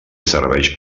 serveix